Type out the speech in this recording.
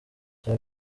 cya